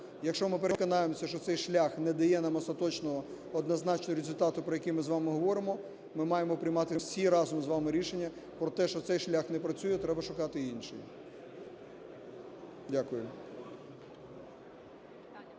Якщо ми переконаємося, що цей шлях не дає нам остаточного однозначного результату, про який ми з вами говоримо, ми маємо приймати всі разом з вами рішення про те, що цей шлях не працює, треба шукати інший. Дякую.